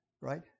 right